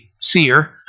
seer